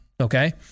Okay